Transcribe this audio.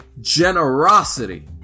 generosity